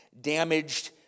damaged